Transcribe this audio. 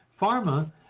pharma